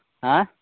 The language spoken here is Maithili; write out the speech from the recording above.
आँए